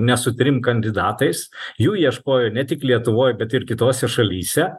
ne su trim kandidatais jų ieškojo ne tik lietuvoj bet ir kitose šalyse